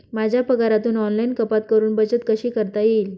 माझ्या पगारातून ऑनलाइन कपात करुन बचत कशी करता येईल?